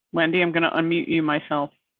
wendy, i'm going to and meet you myself,